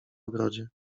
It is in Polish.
ogrodzie